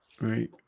Right